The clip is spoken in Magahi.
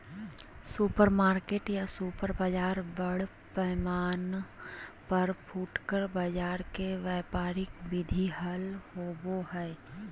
सुपरमार्केट या सुपर बाजार बड़ पैमाना पर फुटकर बाजार के व्यापारिक विधि हल होबा हई